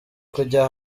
kujya